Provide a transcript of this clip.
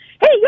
Hey